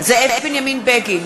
זאב בנימין בגין,